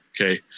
Okay